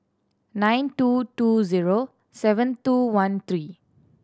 nine two two zero seven two one three